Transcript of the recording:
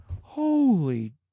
holy